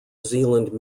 zealand